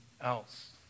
else